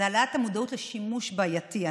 זה העלאת המודעות לשימוש בעייתי,